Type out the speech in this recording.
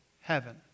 heaven